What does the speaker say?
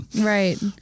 right